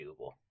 doable